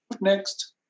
next